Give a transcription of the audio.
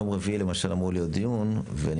יום רביעי למשל אמור להיות דיון ואני